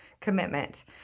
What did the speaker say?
commitment